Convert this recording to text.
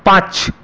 পাঁচ